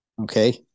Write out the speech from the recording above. Okay